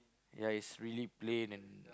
yeah it's really plain and